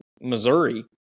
Missouri